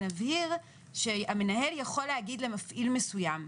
נבהיר שהמנהל יכול להגיד למפעיל מסוים,